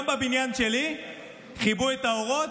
גם בבניין שלי כיבו את האורות.